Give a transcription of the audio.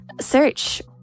search